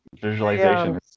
visualization